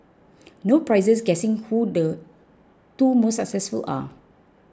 no prizes guessing who the two most successful are